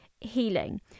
healing